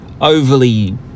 overly